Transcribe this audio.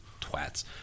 Twats